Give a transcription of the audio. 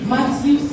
Matthew